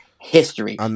history